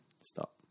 Stop